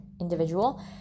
individual